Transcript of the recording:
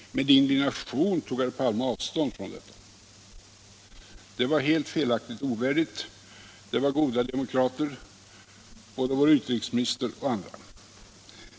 Med indignation tog herr Palme avstånd från detta. Det var helt felaktigt, det var ovärdigt; medlemmarna i den nya svenska regeringen är goda demokrater, både vår utrikesminister och andra.